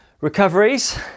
recoveries